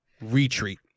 retreat